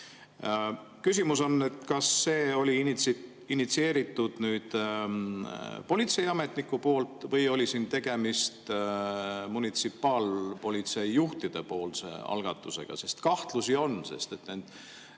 Küsimus on, kas see oli initsieeritud nüüd politseiametniku poolt või oli tegemist munitsipaalpolitsei juhtide algatusega. Kahtlusi on, sest seda